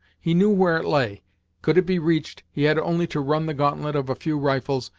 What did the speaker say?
he knew where it lay could it be reached, he had only to run the gauntlet of a few rifles,